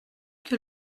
que